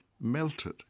melted